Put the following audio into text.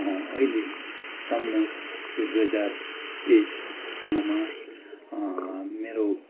अहिलेसम्म यो दुई हजार तेइससम्ममा मेरो